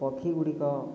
ପକ୍ଷୀ ଗୁଡ଼ିକ